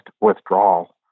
withdrawal